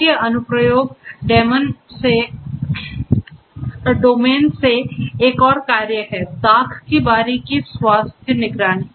कृषि अनुप्रयोग डोमेन से एक और कार्य है दाख की बारी की स्वास्थ्य निगरानी